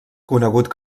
conegut